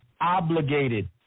obligated